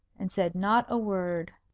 and said not a word.